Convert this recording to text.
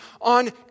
on